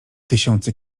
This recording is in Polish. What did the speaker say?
tysiące